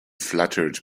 fluttered